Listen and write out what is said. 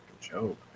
joke